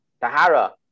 Tahara